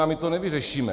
A my to nevyřešíme.